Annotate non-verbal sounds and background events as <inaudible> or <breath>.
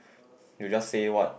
<breath> you just say what